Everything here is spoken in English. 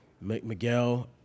Miguel